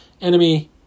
enemy